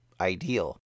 ideal